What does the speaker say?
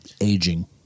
Aging